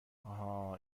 آهان